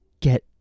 get